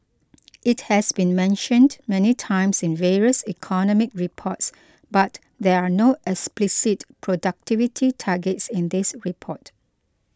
it has been mentioned many times in various economic reports but there are no explicit productivity targets in this report